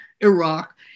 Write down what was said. Iraq